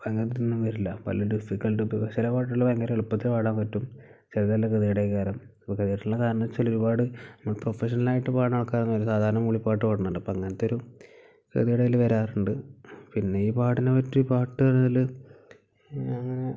അങ്ങനത്തെയൊന്നും വരില്ല പല ഡിഫിക്കൽട് ചില പാട്ടുകൾ ഭയങ്കര എളുപ്പത്തിൽ പാടാൻ പറ്റും ചിലതെല്ലാം ഉപകരമായിട്ടുള്ള ഗാനമെന്നു വെച്ചാൽ ഒരുപാട് പ്രഫഷണലായിട്ട് പാടുന്ന ആൾക്കാരൊന്നും അല്ല സാധാരണ മൂളിപ്പാട്ട് പാടുന്നുണ്ട് അപ്പം അങ്ങനത്തൊരു ഇതിനിടയിൽ വരാറുണ്ട് പിന്നെ ഈ പാടാൻ പറ്റിയ പാട്ടാണെങ്കിൽ